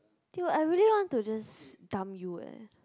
dude I really want to just dump you leh